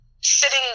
sitting